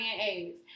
AIDS